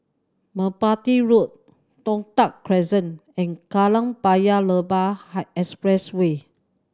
Merpati Road Toh Tuck Crescent and Kallang Paya Lebar Expressway